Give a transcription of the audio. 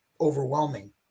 overwhelming